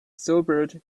sobered